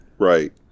Right